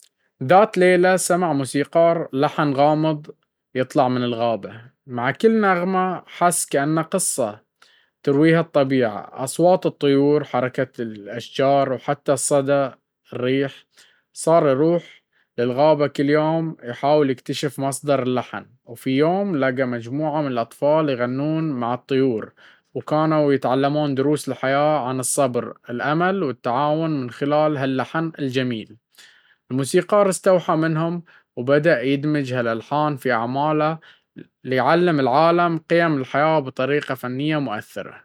ذات ليلة، سمع موسيقار لحن غامض يطلع من الغابة. مع كل نغمة، حس كأنه قصة ترويها الطبيعة، أصوات الطيور، حركة الأشجار، وحتى صدى الريح. صار يروح للغابة كل يوم يحاول يكتشف مصدر اللحن. وفي يوم، لقى مجموعة من الأطفال يغنون مع الطيور، وكانوا يتعلمون دروس الحياة عن الصبر، الأمل، والتعاون من خلال هاللحن الجميل. الموسيقار استوحى منهم، وبدأ يدمج هالألحان في أعماله ليعلم العالم قيم الحياة بطريقة فنية مؤثرة.